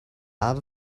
out